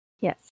Yes